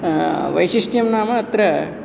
वैशिष्ट्यं नाम अत्र